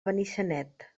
benissanet